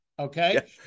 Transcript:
Okay